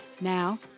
Now